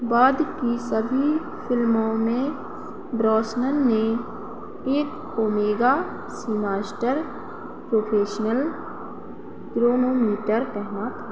बाद की सभी फ़िल्मों में ब्रॉसनन ने एक ओमेगा सीमास्टर प्रोफ़ेशनल क्रोनोमीटर पहना था